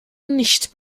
nicht